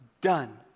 done